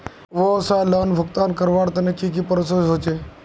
व्यवसाय लोन भुगतान करवार तने की की प्रोसेस होचे?